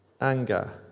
anger